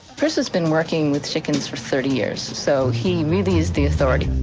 chris has been working with chickens for thirty years, so he really is the authority,